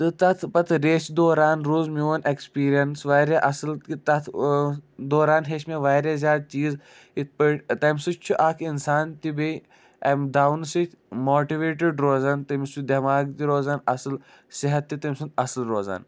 تہٕ تَتھ پَتہٕ ریسہِ دوران روٗز میون اٮ۪کٕسپیٖریَنٕس واریاہ اَصٕل کہِ تَتھ دوران ہیٚچھ مےٚ واریاہ زیادٕ چیٖز یِتھ پٲٹھۍ تَمہِ سۭتۍ چھُ اَکھ اِنسان تہِ بیٚیہِ اَمہِ دَونہٕ سۭتۍ ماٹِویٹٕڈ روزان تٔمِس چھُ دٮ۪ماغ تہِ روزان اَصٕل صحت تہِ تٔمۍ سُنٛد اَصٕل روزان